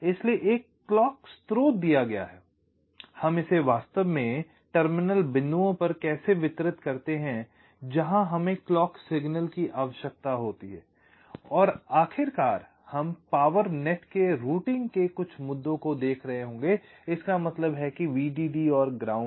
इसलिए एक क्लॉक स्रोत दिया गया है कि हम इसे वास्तव में टर्मिनल बिंदुओं पर कैसे वितरित करते हैं जहां हमें क्लॉक सिग्नल की आवश्यकता होती है और आखिरकार हम पावर नेट के रूटिंग के कुछ मुद्दों को देख रहे होंगे इसका मतलब है Vdd और ग्राउंड